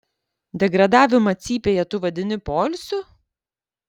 degradavimą cypėje tu vadini poilsiu